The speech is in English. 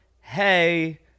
hey